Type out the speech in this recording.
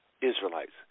Israelites